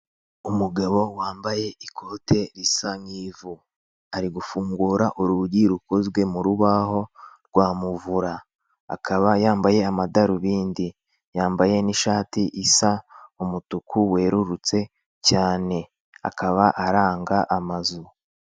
Umugabo wambaye ikote risa nki'ivu ari gufungura urugi rukozwe mu rubaho rwa muvura, akaba yambaye amadarubindi yambaye n'ishati isa umutuku werurutse cyane, akaba aranga amazu.